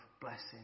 blessing